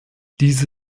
diese